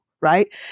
right